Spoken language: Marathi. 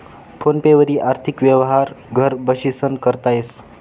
फोन पे वरी आर्थिक यवहार घर बशीसन करता येस